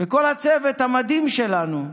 וכל הצוות המדהים שלנו.